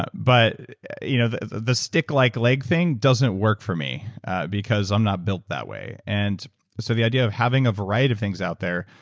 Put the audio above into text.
ah but you know the the stick-like leg thing doesn't work for me because i'm not built that way and so the idea of having a variety of things out there,